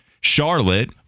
Charlotte